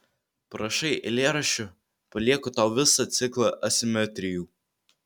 prašai eilėraščių palieku tau visą ciklą asimetrijų